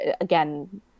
again